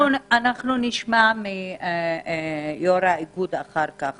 אנחנו נשמע מיו"ר האיגוד אחר כך